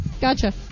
Gotcha